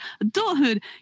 Adulthood